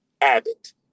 Abbott